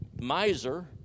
Miser